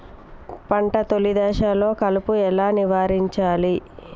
పంట తొలి దశలో కలుపు ఎలా నివారించాలి?